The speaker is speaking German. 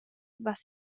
was